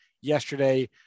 yesterday